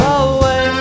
away